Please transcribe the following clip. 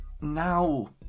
now